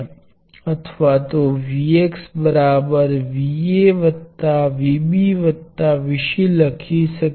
હુ અહિયા 0 થી t સુધીનુ સકલન લઉ છુ